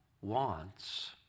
wants